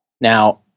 Now